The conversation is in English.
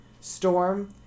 Storm